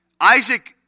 Isaac